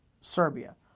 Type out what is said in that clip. Serbia